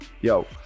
yo